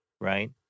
right